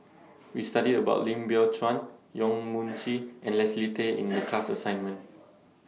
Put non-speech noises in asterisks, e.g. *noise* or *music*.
*noise* We studied about Lim Biow Chuan Yong Mun Chee and Leslie Tay in The class assignment